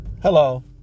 Hello